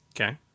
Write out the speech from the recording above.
Okay